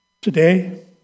today